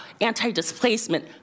anti-displacement